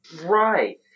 Right